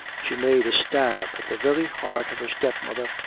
she made a stab at the very heart of her step-mother,